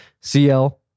CL